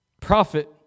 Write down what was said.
prophet